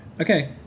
okay